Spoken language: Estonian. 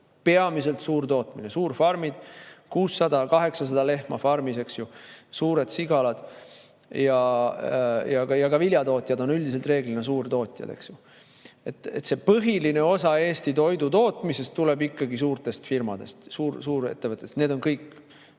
peamiselt suurtootmine. On suurfarmid, 600–800 lehma farmis, eks ju, suured sigalad, ja ka viljatootjad on üldiselt reeglina suurtootjad. Põhiline osa Eesti toidutootmisest tuleb ikkagi suurtest firmadest, suurettevõtetest, need on kõik